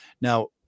Now